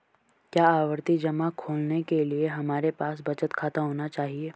क्या आवर्ती जमा खोलने के लिए हमारे पास बचत खाता होना चाहिए?